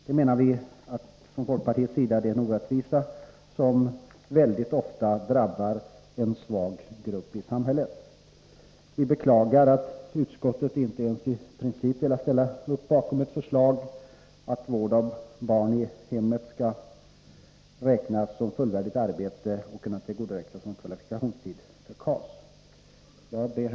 Inom folkpartiet menar vi att det här är en orättvisa, som mycket ofta drabbar en svag grupp i samhället. Vi beklagar att utskottet inte ens i princip har velat ställa sig bakom förslaget att vård av egna barn i hemmet skall räknas som fullvärdigt arbete och kunna tillgodoräknas som kvalifikationstid för KAS. Herr talman!